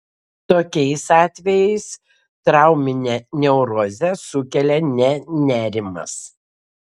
tokiais atvejais trauminę neurozę sukelia ne nerimas